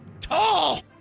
tall